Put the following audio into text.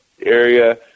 area